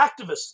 activists